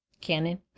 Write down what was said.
Canon